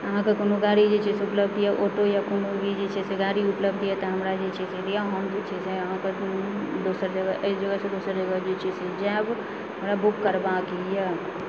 अहाँकेँ कोनो गाड़ी जे छै से उपलब्ध यऽ ऑटो या कोनो भी जे छै से गाड़ी उपलब्ध यऽ तऽ हमरा जे छै से दिअऽ हम जे छै से अहाँकेँ कोनो दोसर जगह एक जगहसंँ दोसर जगह जे छै से जाएब हमरा बुक करबाके यऽ